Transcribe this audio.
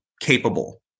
capable